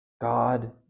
God